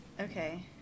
Okay